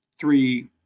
three